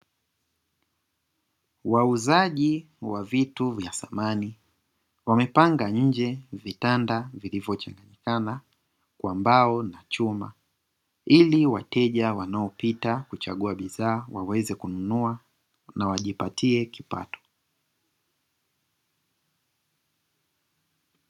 Wauzaji wa vitu vya samani, wamepanga nje vitanda vilivyopatikana Kwa mbao na chuma, ili wateja wanaopita kuchagua bidhaa waweze kununua na wajipatie kipato.